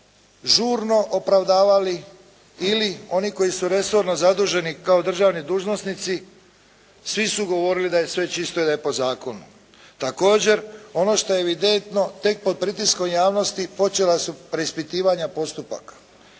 žurno opravdavali ili oni koji su resorno zaduženi kao državni dužnosnici svi su govorili da je sve čisto i da je po zakonu. Također ono što je evidentno tek pod pritiskom javnosti počela su preispitivanja postupaka.